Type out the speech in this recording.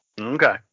Okay